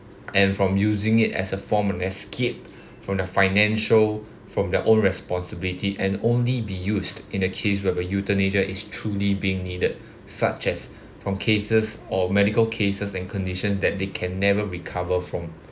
and from using it as a form an escape from the financial from their own responsibility and only be used in the case where euthanasia is truly being needed such as from cases or medical cases and conditions that they can never recover from